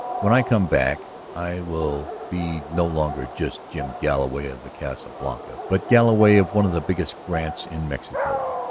when i come back i will be no longer just jim galloway of the casa blanca, but galloway of one of the biggest grants in mexico,